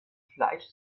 fleisch